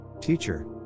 teacher